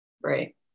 Right